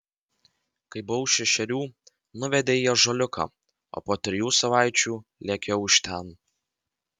kai buvau šešerių nuvedė į ąžuoliuką o po trijų savaičių lėkiau iš ten